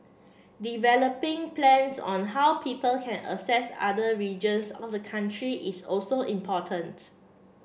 developing plans on how people can access other regions of the country is also important